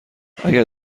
اگر